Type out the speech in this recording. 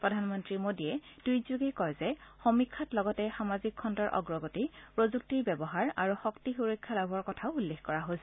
প্ৰধানমন্ত্ৰী মোদীয়ে টুইটযোগে কয় যে সমীক্ষাত লগতে সামাজিক খণ্ডৰ অগ্ৰগতি প্ৰযুক্তিৰ ব্যৱহাৰ আৰু শক্তি সুৰক্ষা লাভৰ কথাও উল্লেখ কৰা হৈছে